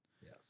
Yes